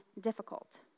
difficult